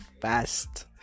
fast